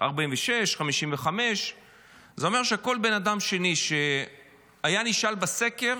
46%, 55%. זה אומר שכל בן אדם שני שהיה נשאל בסקר,